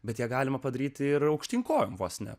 bet ją galima padaryti ir aukštyn kojom vos ne